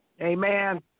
Amen